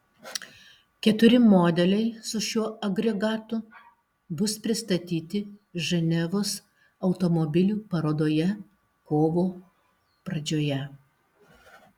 keturi modeliai su šiuo agregatu bus pristatyti ženevos automobilių parodoje kovo pradžioje